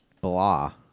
blah